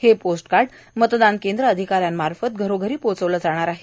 हे पोस्टकार्ड मतदान केंद्र अधिकाऱ्यामार्फत घरोघरी पोहचविले जाणार आहेत